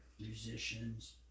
musicians